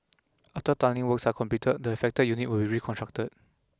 after tunnelling works are completed the affected unit will be reconstructed